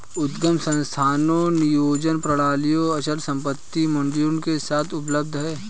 उद्यम संसाधन नियोजन प्रणालियाँ अचल संपत्ति मॉड्यूल के साथ उपलब्ध हैं